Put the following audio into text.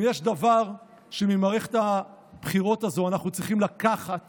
אם יש דבר שממערכת הבחירות הזו אנחנו צריכים לקחת